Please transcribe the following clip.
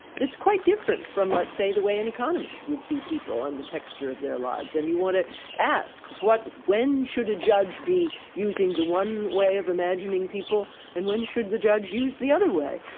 that's quite different from, let's say, the way an economist would see people and the texture of their lives. and you want to ask when should a judge be using the one way of imagining people and when should the judge use the other way?